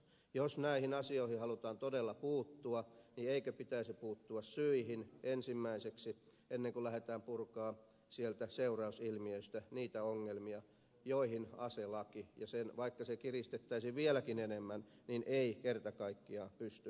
jos näihin asioihin halutaan todella puuttua niin eikö pitäisi puuttua syihin ensimmäiseksi ennen kuin lähdetään purkamaan sieltä seurausilmiöistä niitä ongelmia joihin aselaki vaikka sitä kiristettäisiin vieläkin enemmän ei kerta kaikkiaan pysty pureutumaan